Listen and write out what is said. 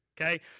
Okay